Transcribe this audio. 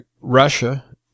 Russia